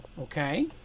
Okay